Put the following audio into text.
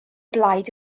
blaid